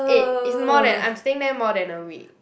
eh it's more than I'm staying there more than a week